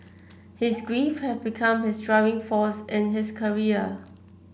his grief had become his driving force in his career